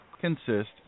consist